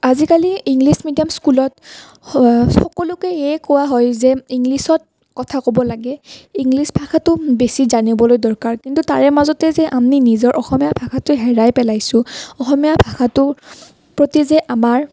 আজিকালি English medium স্কুলত সকলোকে এয়ে কোৱা হয় যে ইংলিছত কথা ক'ব লাগে ইংলিছ ভাষাটো বেছি জানিবলৈ দৰকাৰ কিন্তু তাৰে মাজতে যে আমি নিজৰ অসমীয়া ভাষাটো হেৰুৱাই পেলাইছোঁ অসমীয়া ভাষাটোৰ প্ৰতি যে আমাৰ